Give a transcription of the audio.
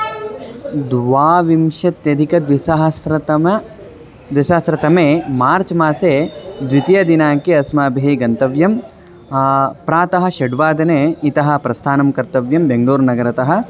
द्वाविंशत्यधिकद्विसहस्रतमे द्विसहस्रतमे मार्च् मासे द्वितीयदिनाङ्के अस्माभिः गन्तव्यं प्रातः षड्वादने इतः प्रस्थानं कर्तव्यं बेङ्गलूरुनगरतः